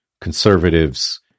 conservatives